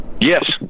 Yes